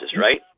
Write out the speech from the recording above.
right